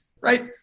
right